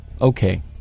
okay